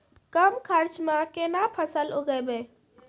कम खर्चा म केना फसल उगैबै?